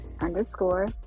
underscore